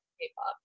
k-pop